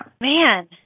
Man